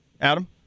Adam